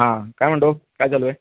हां काय म्हणतो काय चालू आहे